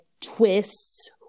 twists